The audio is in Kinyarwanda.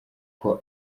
uko